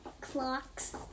clocks